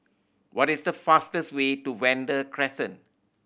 what is the fastest way to Vanda Crescent